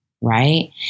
Right